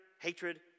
hatred